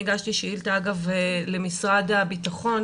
אני הגשתי שאילתא למשרד הביטחון.